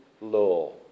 law